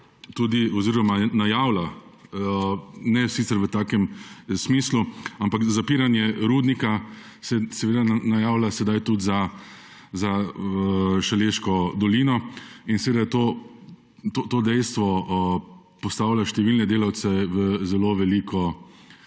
podobnega najavlja, ne sicer v takem smislu, ampak zapiranje rudnika se najavlja sedaj tudi za Šaleško dolino. In to dejstvo postavlja številne delavce v zelo veliko